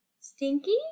Stinky